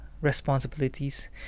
responsibilities